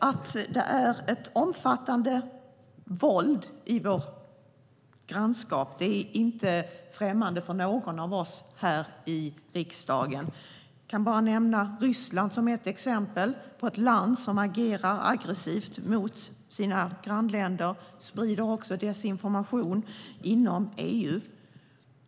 Att det utövas omfattande våld i vårt grannskap är inte okänt för någon av oss här i riksdagen. Jag kan nämna Ryssland som ett exempel på ett land som agerar aggressivt mot sina grannländer och även sprider desinformation inom EU.